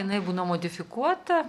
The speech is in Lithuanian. jinai būna modifikuota